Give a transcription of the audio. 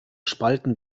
spalten